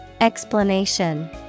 Explanation